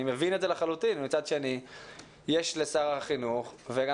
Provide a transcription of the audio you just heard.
אני מבין את זה לחלוטין אבל מצד שני יש לשר החינוך וגם